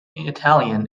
italian